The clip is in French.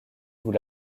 vous